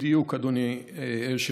בדיוק, אדוני היושב-ראש.